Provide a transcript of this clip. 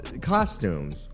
costumes